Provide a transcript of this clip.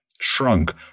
shrunk